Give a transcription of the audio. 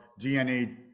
DNA